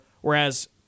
whereas